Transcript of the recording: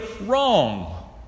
wrong